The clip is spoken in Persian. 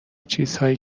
چیزهایی